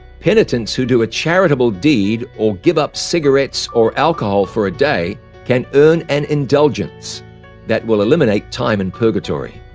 penitents who do a charitable deed or give up cigarettes or alcohol for a day can earn an indulgence that will eliminate time in purgatory.